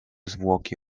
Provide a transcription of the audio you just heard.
zwłoki